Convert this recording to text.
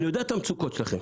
אני יודע את המצוקות שלכם.